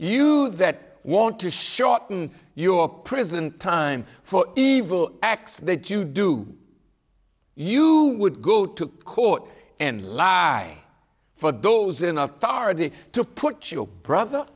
you that want to shorten your prison time for evil acts that you do you would go to court and lie for those in authority to put your brother